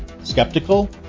skeptical